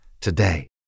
today